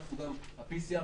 ה-PCR,